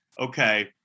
okay